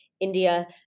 india